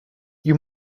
you